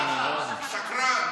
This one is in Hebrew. שקרן.